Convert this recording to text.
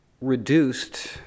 reduced